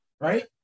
right